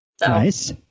Nice